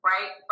Right